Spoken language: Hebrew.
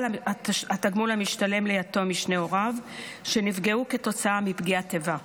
התגמול המשתלם ליתום משני הוריו שנפגעו מפגיעת איבה,